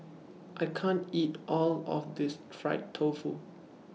I can't eat All of This Fried Tofu